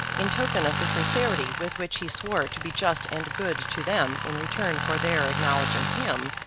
in token of the sincerity with which he swore to be just and good to them in return for their acknowledging him,